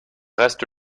reste